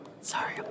Sorry